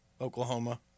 Oklahoma